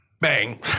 Bang